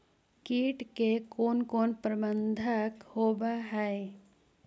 किट के कोन कोन प्रबंधक होब हइ?